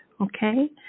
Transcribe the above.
Okay